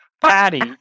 Patty